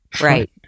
Right